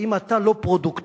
שאם אתה לא פרודוקטיבי